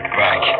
back